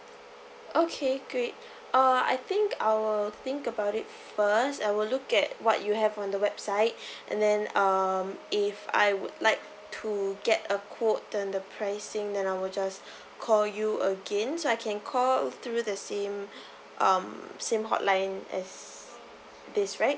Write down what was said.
okay great uh I think I will think about it first I will look at what you have on the website and then um if I would like to get a quote then the pricing then I will just call you again so I can call through the same um same hotline as this right